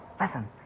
Listen